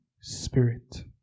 Spirit